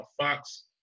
Fox